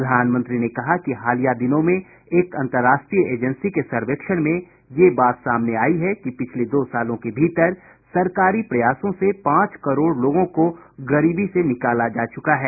प्रधानमंत्री ने कहा कि हालिया दिनों में एक अन्तरराष्ट्रीय एजेंसी के सर्वेक्षण में यह बात सामने आई है कि पिछले दो सालों के भीतर सरकारी प्रयासों से पांच करोड़ लोगों को गरीबी से निकाला जा चुका है